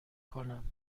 کنم